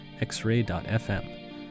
X-Ray.fm